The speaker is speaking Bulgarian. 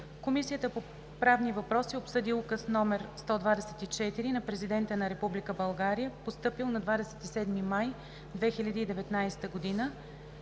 Комисията по правни въпроси обсъди Указ № 124 на Президента на Република България, постъпил на 27 май 2019 г.,